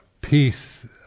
peace